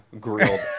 grilled